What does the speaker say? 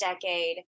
decade